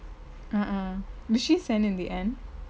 err err did she send in the end